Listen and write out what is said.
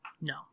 No